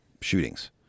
shootings